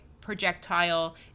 projectile